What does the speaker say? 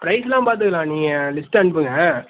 பிரைஸ்லாம் பார்த்துக்கலாம் நீங்கள் லிஸ்ட் அனுப்புங்கள்